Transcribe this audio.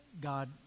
God